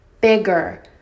bigger